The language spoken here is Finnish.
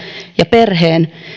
ja perheen